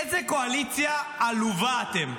איזו קואליציה עלובה אתם,